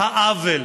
העוול